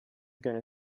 gonna